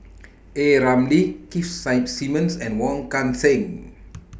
A Ramli Keith Simmons and Wong Kan Seng